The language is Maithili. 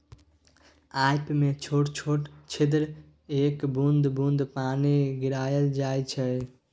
पाइप मे छोट छोट छेद कए बुंद बुंद पानि गिराएल जाइ छै